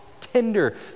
tender